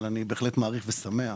אבל אני בהחלט מעריך ושמח על